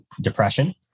depression